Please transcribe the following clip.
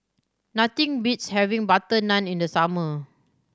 nothing beats having butter naan in the summer